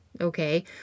okay